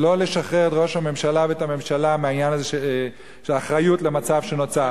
לשחרר את ראש הממשלה ואת הממשלה מהעניין הזה של אחריות למצב שנוצר.